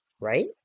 right